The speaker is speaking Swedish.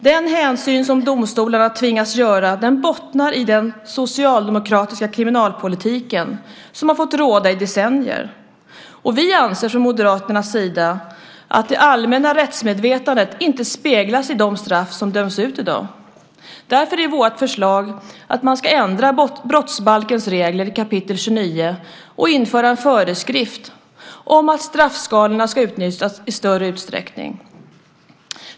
Den hänsyn som domstolarna tvingas ta bottnar i den socialdemokratiska kriminalpolitiken som fått råda i decennier. Vi anser från Moderaternas sida att det allmänna rättsmedvetandet inte speglas i de straff som döms ut i dag. Därför är vårt förslag att man ska ändra brottsbalkens regler i kap. 29 och införa en föreskrift om att straffskalorna ska utnyttjas i större utsträckning.